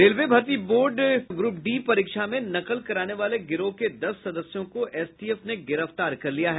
railway भर्ती board group D परीक्षा में नकल कराने वाले गिरोह के दस सदस्यों को एसटीएफ ने गिरफ्तार कर लिया है